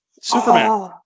Superman